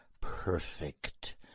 perfect